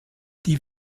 die